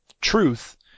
truth